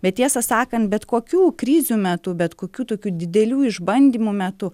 bet tiesą sakant bet kokių krizių metu bet kokių tokių didelių išbandymų metu